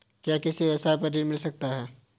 क्या किसी व्यवसाय पर ऋण मिल सकता है?